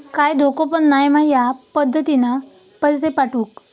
काय धोको पन नाय मा ह्या पद्धतीनं पैसे पाठउक?